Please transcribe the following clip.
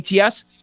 ATS